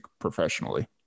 professionally